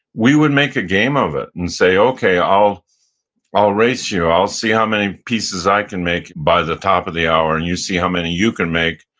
we would make a game of it and say, okay, i'll i'll race you. i'll see how many pieces i can make by the top of the hour, and you see how many you can make,